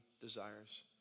desires